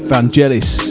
Vangelis